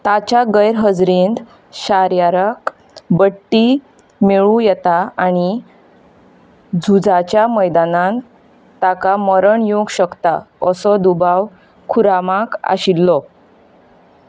ताच्या गैरहजेरेंत शार्यारक बडटी मेळूं येता आनी झुजाच्या मैदानान ताका मरण येवक शकता असो दुबाव खुर्रामाक आशिल्लो